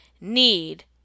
need